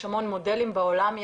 יש המון מודלים בעולם,